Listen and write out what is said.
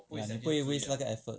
不会 waste 那个 effort